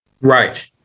Right